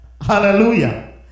Hallelujah